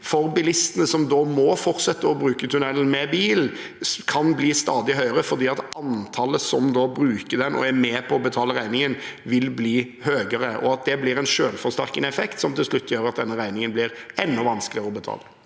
for dem som må fortsette å bruke tunnelen med bil, kan bli stadig høyere fordi det samlede antallet som bruker tunnelen og er med på å betale regningen, vil bli høyere, og at det blir en selvforsterkende effekt som til slutt gjør at denne regningen blir enda vanskeligere å betale?